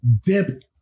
dip